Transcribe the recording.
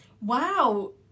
Wow